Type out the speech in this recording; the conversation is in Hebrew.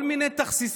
יש כלל בדמוקרטיה,